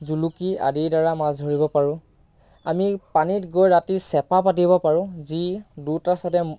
জুলুকি আদিৰ দ্বাৰা মাছ ধৰিব পাৰোঁ আমি পানীত গৈ ৰাতি চেপা পাতিব পাৰোঁ যি দুয়োটা চাইদে